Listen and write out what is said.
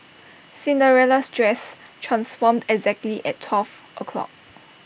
Cinderella's dress transformed exactly at twelve o'clock